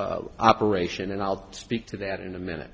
mind operation and i'll speak to that in a minute